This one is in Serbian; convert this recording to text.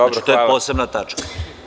To je posebna tačka.